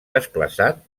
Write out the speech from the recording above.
desplaçat